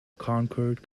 concord